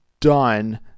done